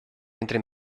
entre